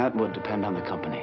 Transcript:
had would depend on the company